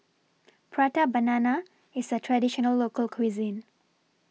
Prata Banana IS A Traditional Local Cuisine